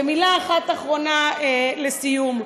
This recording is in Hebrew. ומילה אחת אחרונה לסיום: